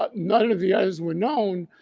ah none of the others were known.